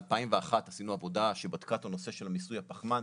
ב-2001 עשינו עבודה שבדקה את הנושא של מיסוי הפחמן.